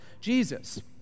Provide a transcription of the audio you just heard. Jesus